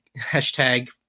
hashtag